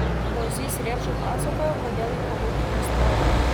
bozys rėpšui pasakojo kodėl į kolūkį nestojo